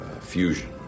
fusion